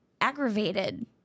aggravated